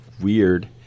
weird